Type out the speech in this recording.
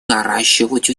наращивать